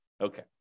Okay